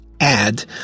add